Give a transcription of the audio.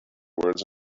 words